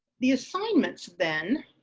the assignments then,